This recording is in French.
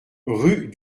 rue